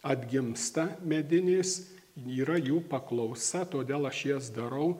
atgimsta medinės yra jų paklausa todėl aš jas darau